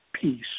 peace